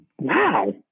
Wow